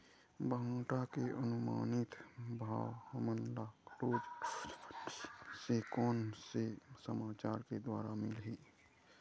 भांटा के अनुमानित भाव हमन ला रोज रोज मंडी से कोन से समाचार के द्वारा मिलही?